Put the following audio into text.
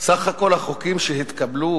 סך הכול החוקים שהתקבלו